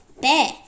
bear